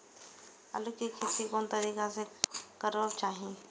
आलु के खेती कोन तरीका से करबाक चाही?